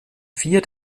vier